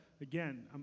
again